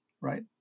right